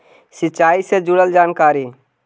सिंचाई से जुड़ल जानकारी?